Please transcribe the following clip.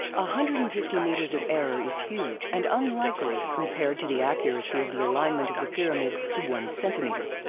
ah hundred and fifty meters of error is huge and unlikely compared to the accuracy of the alignment of the pyramids to one centimeter.